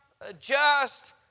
adjust